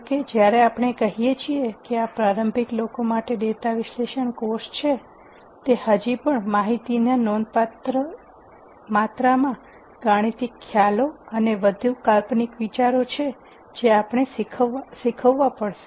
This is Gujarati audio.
જો કે જ્યારે આપણે કહીએ છીએ કે આ પ્રારંભિક લોકો માટે ડેટા વિશ્લેષણ કોર્સ છે તે હજી પણ માહિતીની નોંધપાત્ર માત્રામાં ગાણિતિક ખ્યાલો અને વધુ કાલ્પનિક વિચારો છે જે આપણે શીખવવા પડશે